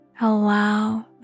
Allow